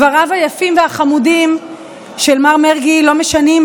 דבריו היפים והחמודים של מר מרגי לא משנים,